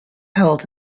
held